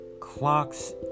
clocks